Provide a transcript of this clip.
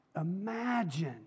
imagine